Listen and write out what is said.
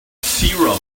serum